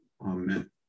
Amen